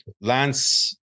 Lance